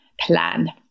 plan